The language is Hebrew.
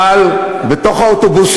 רק לא עם יהודים.